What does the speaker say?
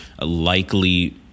likely